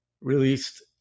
released